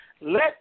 Let